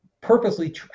purposely